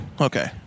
Okay